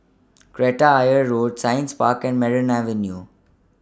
Kreta Ayer Road Science Park and Merryn Avenue